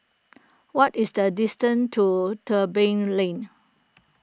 what is the distance to Tebing Lane